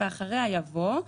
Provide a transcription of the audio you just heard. ואחריה יבוא.